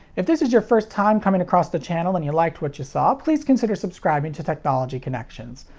if this is your first time coming across the channel and you liked what you saw, please consider subscribing to technology connections.